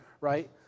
right